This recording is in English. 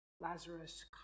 Lazarus